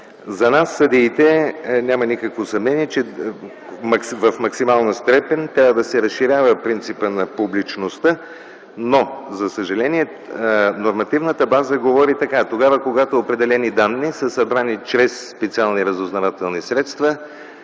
За нас, съдиите, няма никакво съмнение, че в максимална степен трябва да се разширява принципът на публичността, но, за съжаление, нормативната база говори така: тогава, когато определени данни са събрани чрез специални разузнавателни средства,